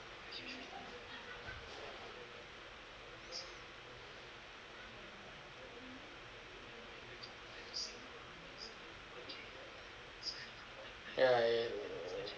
ya ya